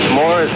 more